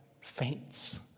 faints